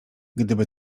gdyby